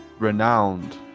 renowned